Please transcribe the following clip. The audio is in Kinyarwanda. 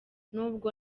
nubwo